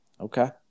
Okay